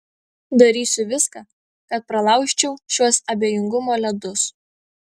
darysiu viską kad pralaužčiau šiuos abejingumo ledus